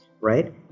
right